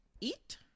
Eat